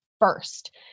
first